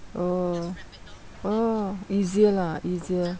oh oh easier lah easier